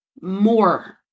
more